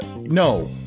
no